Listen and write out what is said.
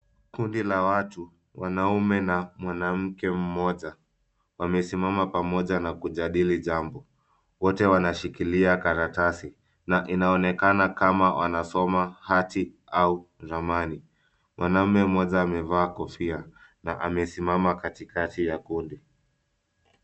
Kundi la watu wanaume na mwanamke mmoja wamesimama pamoja na kujadili jambo. Wote wanashikilia karatasi na inaonekana kama wanasoma hati au ramani. Mwanaume mmoja amevaa kofia na amesimama katikati ya kundi.